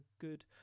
good